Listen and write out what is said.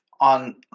on